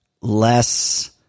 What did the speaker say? less